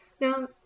Now